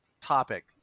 topic